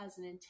2010